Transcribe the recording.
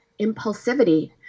impulsivity